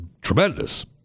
tremendous